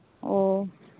ᱚ